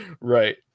Right